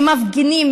שמפגינים,